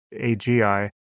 AGI